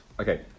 Okay